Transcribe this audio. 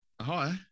hi